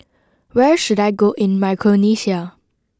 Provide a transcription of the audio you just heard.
where should I go in Micronesia